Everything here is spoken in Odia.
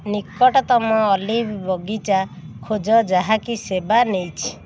ନିକଟତମ ଅଲିଭ୍ ବଗିଚା ଖୋଜ ଯାହାକି ସେବା ନେଇଛି